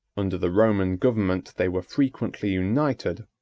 under the roman government they were frequently united,